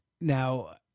Now